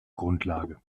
grundlage